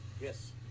Yes